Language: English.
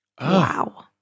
Wow